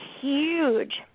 huge